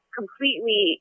completely